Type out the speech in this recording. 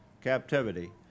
captivity